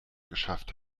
geschafft